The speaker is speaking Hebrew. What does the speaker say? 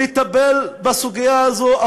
לטפל בסוגיה הזו,